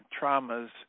traumas